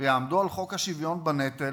ויעמדו על חוק השוויון בנטל